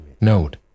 Note